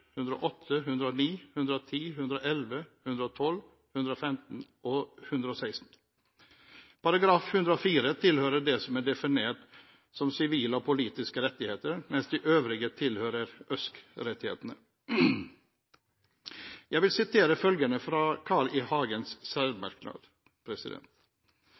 108, 109, 110, 111, 112, 115 og 116. § 104 tilhører det som er definert som sivile og politiske rettigheter, mens de øvrige tilhører ØSK-rettighetene. Jeg vil sitere følgende fra Carl I. Hagens